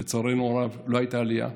לצערנו הרב לא הייתה עלייה,